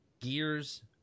Gears